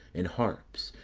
and harps,